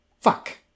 Fuck